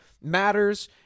matters